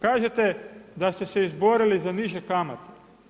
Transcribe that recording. Kažete da ste se izborili za niže kamate.